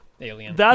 Alien